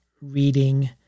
reading